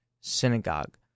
synagogue